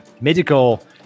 medical